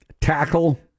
Tackle